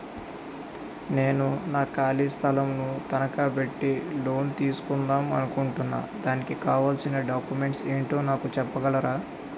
నేను నా ఖాళీ స్థలం ను తనకా పెట్టి లోన్ తీసుకుందాం అనుకుంటున్నా దానికి కావాల్సిన డాక్యుమెంట్స్ ఏంటో నాకు చెప్పగలరా?